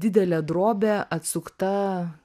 didelė drobė atsukta